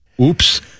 Oops